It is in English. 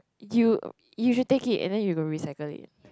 you you should take it and then you go recycle it